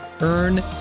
Earn